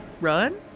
run